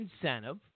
incentive